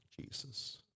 Jesus